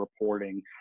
reporting